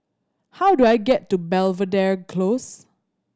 how do I get to Belvedere Close